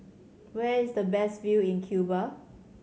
where is the best view in Cuba